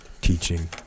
teaching